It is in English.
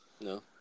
no